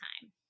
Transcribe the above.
time